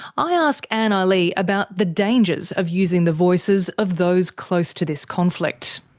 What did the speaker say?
i ask anne aly about the dangers of using the voices of those close to this conflict.